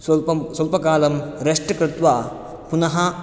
स्वल्पं स्वल्पकालं रेस्ट् कृत्वा पुनः